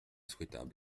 souhaitable